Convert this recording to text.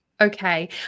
okay